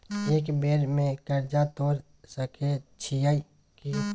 एक बेर में कर्जा तोर सके छियै की?